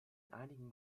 einigen